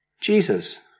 Jesus